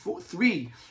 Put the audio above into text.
three